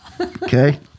Okay